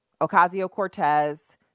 Ocasio-Cortez